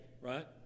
right